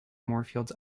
moorfields